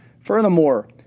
Furthermore